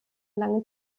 lange